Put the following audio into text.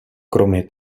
kromě